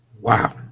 Wow